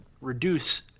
reduce